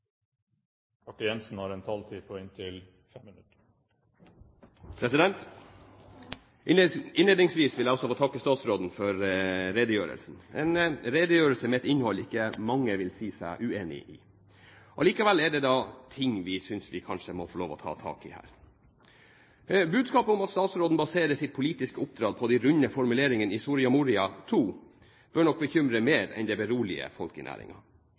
Innledningsvis vil jeg også takke statsråden for redegjørelsen – en redegjørelse med et innhold ikke mange vil si seg uenig i. Allikevel er det ting vi kanskje må få ta tak i her. Budskapet om at statsråden baserer sitt politiske oppdrag på de runde formuleringene i Soria Moria II, bør nok bekymre mer enn